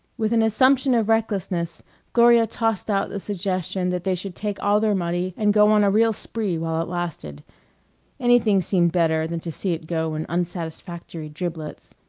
with an assumption of recklessness gloria tossed out the suggestion that they should take all their money and go on a real spree while it lasted anything seemed better than to see it go in unsatisfactory driblets.